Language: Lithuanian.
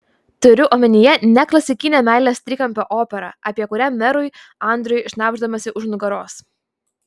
turiu omenyje ne klasikinę meilės trikampio operą apie kurią merui andriui šnabždamasi už nugaros